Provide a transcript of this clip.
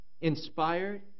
inspired